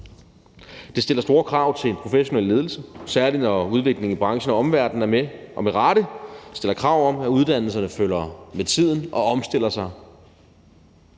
Det stiller store krav til en professionel ledelse, særlig når udviklingen i branchen og omverdenen med rette stiller krav om, at uddannelserne følger med tiden og omstiller sig.